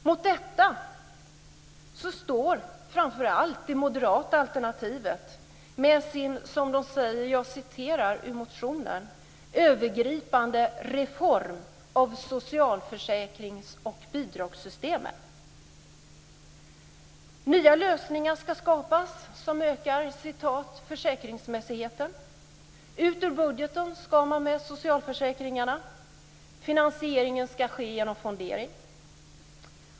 Mot detta står framför allt det moderata alternativet med sin, som de säger i motionen, "övergripande reform av socialförsäkrings och bidragssystemen". Nya lösningar ska skapas som ökar "försäkringsmässigheten". Ut ur budgeten ska socialförsäkringarna. Finansieringen ska ske genom fondering.